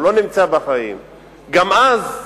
גם אז,